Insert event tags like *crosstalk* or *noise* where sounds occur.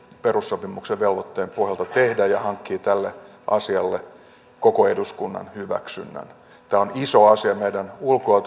perussopimuksen velvoitteen pohjalta tehdä ja hankkii tälle asialle koko eduskunnan hyväksynnän tämä on iso asia meidän ulko ja *unintelligible*